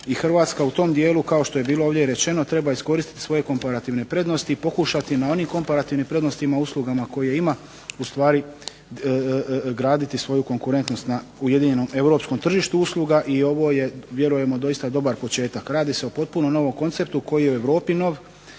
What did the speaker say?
Hrvatska u tom dijelu kao što je bilo ovdje rečeno treba iskoristiti svoje komparativne prednosti i pokušati na onim komparativnim prednostima i uslugama koje ima ustvari graditi svoju konkurentnost na ujedinjenom europskom tržištu usluga i ovo je vjerujemo doista dobar početak. Radi se o potpuno novom konceptu koji je u Europi nov,